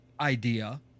idea